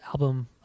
album